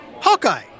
Hawkeye